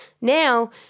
Now